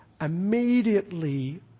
immediately